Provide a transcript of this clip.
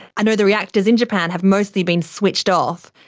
i know the reactors in japan have mostly been switched off.